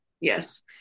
Yes